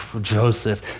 Joseph